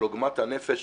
על עוגמת הנפש,